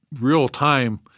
real-time